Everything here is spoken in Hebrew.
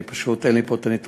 פשוט אין לי פה הנתונים,